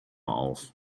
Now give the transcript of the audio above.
auf